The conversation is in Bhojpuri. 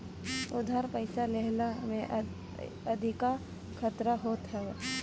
उधार पईसा लेहला में अधिका खतरा होत हअ